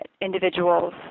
individuals